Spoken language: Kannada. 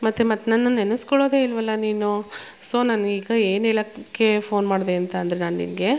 ಮತ್ತು ಮತ್ತು ನನ್ನ ನೆನೆಸಿಕೊಳ್ಳೋದೆ ಇಲ್ಲವಲ್ಲ ನೀನು ಸೊ ನಾನೀಗ ಏನು ಹೇಳಕ್ಕೆ ಫೋನ್ ಮಾಡಿದೆ ಅಂತ ಅಂದರೆ ನಾನು ನಿನಗೆ